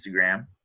Instagram